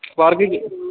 park ਹੈਗੀ